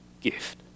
gift